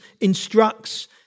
instructs